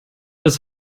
das